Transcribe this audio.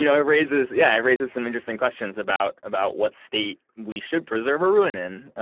you know it raises, yeah, it raises some interesting questions about about what state we should preserve a ruin in.